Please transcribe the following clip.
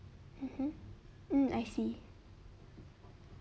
mmhmm mm I see